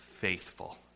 Faithful